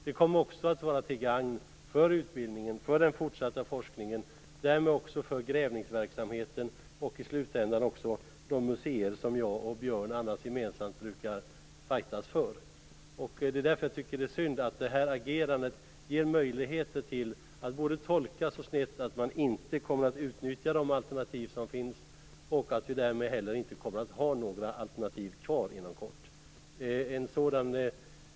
Det kommer också att vara till gagn för utbildningen, för den fortsatta forskningen och därmed också för grävningsverksamheten samt i slutändan även för de museer som jag och Björn Kaaling annars gemensamt brukar fajtas för. Därför tycker jag att det är synd att det här agerandet ger möjligheter till att tolkas så snett att man inte kommer att utnyttja de alternativ som finns och att vi därmed heller inte kommer att ha några alternativ kvar inom kort.